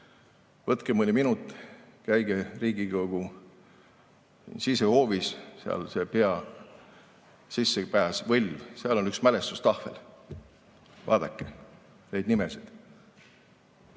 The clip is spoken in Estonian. võtke mõni minut, käige Riigikogu sisehoovis, seal peasissepääsu võlvi [all] on üks mälestustahvel. Vaadake neid nimesid.